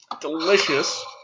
Delicious